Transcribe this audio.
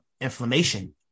inflammation